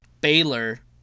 Baylor